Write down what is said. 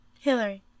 Hillary